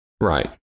Right